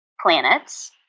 planets